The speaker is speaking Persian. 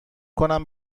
کنم